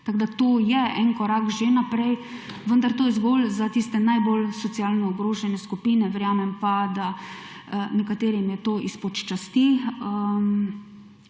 Tako, da to je en korak že naprej, vendar to je zgolj za tiste najbolj socialno ogrožene skupine, verjamem pa, da nekaterim je to izpod časti,